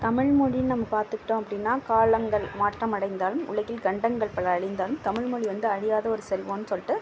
தமிழ்மொழின்னு நம்ம பார்த்துக்கிட்டோம் அப்படினா காலங்கள் மாற்றம் அடைந்தாலும் உலகில் கண்டங்கள் பல அழிந்தாலும் தமிழ்மொழி வந்து அழியாத ஒரு செல்வம்னு சொல்லிட்டு